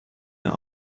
mehr